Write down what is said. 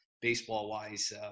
baseball-wise